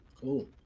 Cool